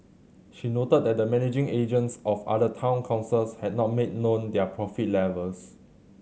she noted that the managing agents of other town councils had not made known their profit levels